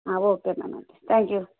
okay madam thank you